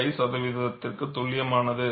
5 சதவீதத்திற்கு துல்லியமானது